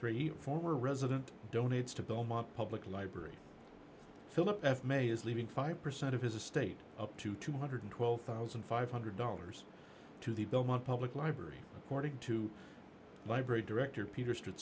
three former resident donates to belmont public library philip f may is leaving five percent of his estate up to two hundred and twelve thousand five hundred dollars to the belmont public library according to library director peter